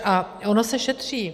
A ono se šetří.